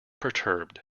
perturbed